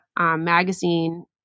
magazine